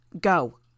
Go